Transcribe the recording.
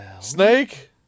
Snake